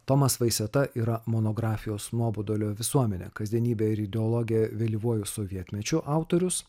tomas vaiseta yra monografijos nuobodulio visuomenė kasdienybė ir ideologija vėlyvuoju sovietmečiu autorius